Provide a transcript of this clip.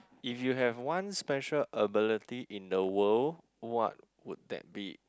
if you have one special ability in the world what would that be it